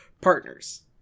partners